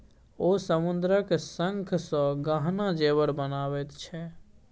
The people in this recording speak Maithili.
ओ समुद्रक शंखसँ गहना जेवर बनाबैत छै